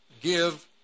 give